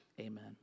Amen